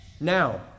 Now